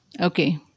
Okay